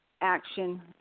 Action